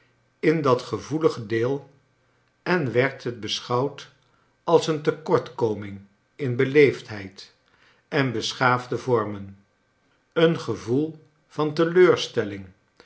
in dat gevoelige deei en werd het be sen on wd als een tekortkoming in beleefdheid en beschaafde vormen een gevoel van teleurstelling